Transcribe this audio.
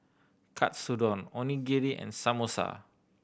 Katsudon Onigiri and Samosa